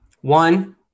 One